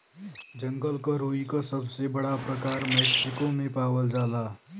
जंगल क रुई क सबसे बड़ा प्रकार मैक्सिको में पावल जाला